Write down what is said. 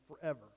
forever